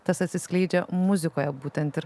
tas atsiskleidžia muzikoje būtent ir